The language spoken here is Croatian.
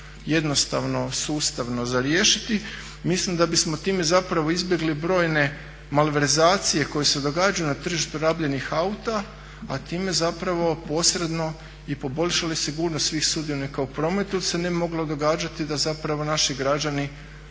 jednostavno sustavno za riješiti. Mislim da bismo time zapravo izbjegli brojne malverzacije koje se događaju na tržištu rabljenih auta, a time zapravo posredno i poboljšali sigurnost svih sudionika u prometu jer se ne bi moglo događati da zapravo naši građani